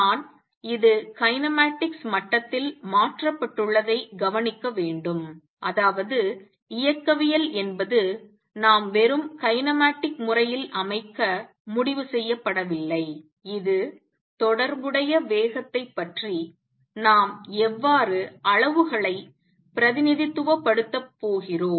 நான் இது கைனேமேட்டிக்ஸ் மட்டத்தில் மாற்றப்பட்டுள்ளதை கவனிக்க வேண்டும் அதாவது இயக்கவியல் என்பது நாம் வெறும் கைனமேடிக் முறையில் அமைக்க முடிவு செய்யப்படவில்லை இது தொடர்புடைய வேகத்தைப் பற்றி நாம் எவ்வாறு அளவுகளைப் பிரதிநிதித்துவப்படுத்தப் போகிறோம்